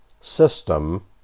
system